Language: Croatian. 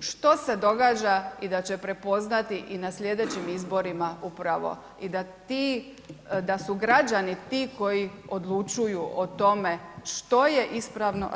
što se događa i da će prepoznati i na slijedećim izborima upravo i da su građani ti koji odlučuju o tome što je ispravno a što nije.